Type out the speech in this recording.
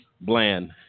Bland